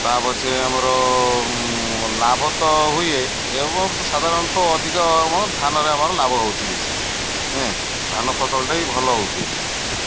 ତା' ପଛେ ଆମର ଲାଭ ତ ହୁଏ ଏବଂ ସାଧାରଣତଃ ଅଧିକ ଆମ ଧାନରେ ଆମର ଲାଭ ହେଉଛି ବେଶୀ ଏଁ ଧାନ ଫସଲଟା ବି ଭଲ ହେଉଛି ଏଠି